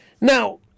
Now